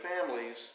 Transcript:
families